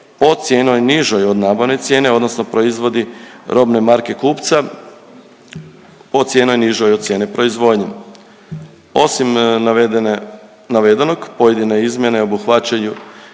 po cijeni nižoj od nabavne cijene, odnosno proizvodi robne marke kupca po cijenoj nižoj od cijene proizvodnje. Osim navedene, navedenog, pojedine izmjene obuhvaćaju